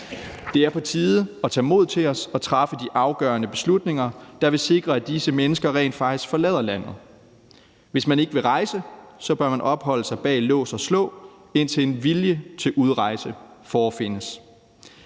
Det er på tide at tage mod til os og at træffe de afgørende beslutninger, der vil sikre, at disse mennesker rent faktisk forlader landet. Hvis man ikke vil rejse, bør man opholde sig bag lås og slå, indtil en vilje til udrejse forefindes.